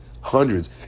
hundreds